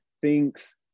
thinks